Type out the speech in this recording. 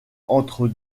entre